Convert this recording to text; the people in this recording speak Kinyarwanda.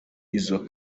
izo